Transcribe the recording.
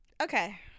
Okay